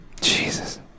Jesus